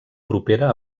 propera